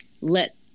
let